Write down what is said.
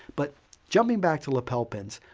but jumping back to lapel pins,